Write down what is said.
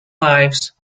lives